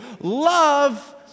Love